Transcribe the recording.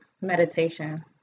Meditation